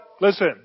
Listen